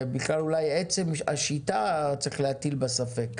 בכלל אולי עצם השיטה צריך להטיל בה ספק.